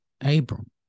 Abram